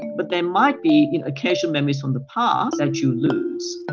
but there might be occasional memories from the past that you lose.